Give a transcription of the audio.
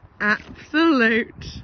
Absolute